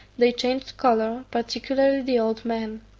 they changed colour, particularly the old man.